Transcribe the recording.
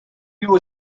you